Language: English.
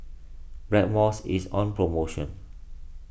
Blackmores is on promotion